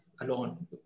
alone